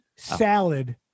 salad